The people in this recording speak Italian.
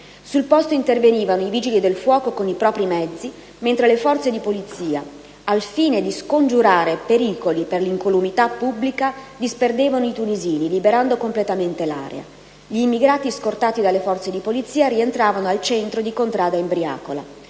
Sul posto intervenivano i vigili dei fuoco con i propri mezzi, mentre le forze di polizia al fine di scongiurare pericoli per l'incolumità pubblica, disperdevano i tunisini, liberando completamente l'area. Gli immigrati, scortati dalle forze di polizia, rientravano al centro di Contrada Imbriacola.